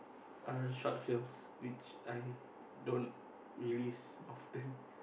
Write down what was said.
uh short films which I don't release often